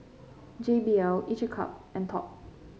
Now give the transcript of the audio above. J B L each a cup and Top